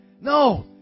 No